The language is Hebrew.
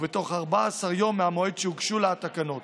ובתוך 14 ימים מהמועד שהוגשו לה התקנות